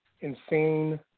insane